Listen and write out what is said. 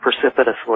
precipitously